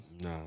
No